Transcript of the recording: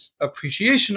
appreciation